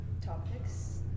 topics